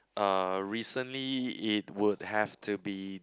uh recently it would have to be